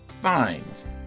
finds